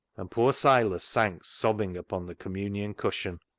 and poor silas sank sobbing upon the communion cushion.